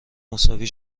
مساوی